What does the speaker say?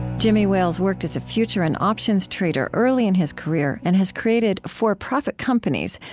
jimmy wales worked as a future and options trader early in his career and has created for-profit companies,